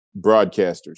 broadcasters